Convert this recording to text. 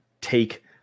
take